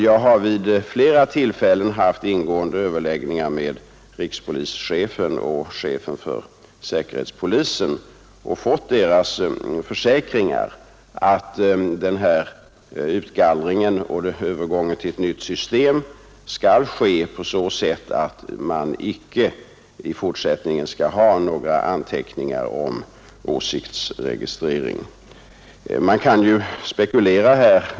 Jag har vid flera tillfällen haft ingående överläggningar med rikspolischefen och chefen för säkerhetspolisen och fått deras försäkringar att utgallringen och övergången till ett nytt system skall ske på så sätt att man inte i fortsättningen skall ha några anteckningar som innebär åsiktsregistrering.